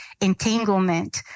entanglement